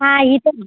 ಹಾಂ ಇದೆ